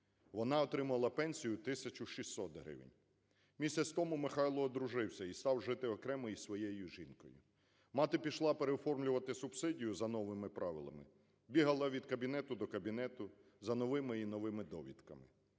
Вона отримувала пенсію 1 тисячу 600 гривень. Місяць тому Михайло одружився і став жити окремо із своєю жінкою. Мати пішла переоформлювати субсидію за новими правилами, бігала від кабінету до кабінету за новими і новими довідками,